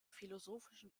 philosophischen